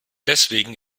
deswegen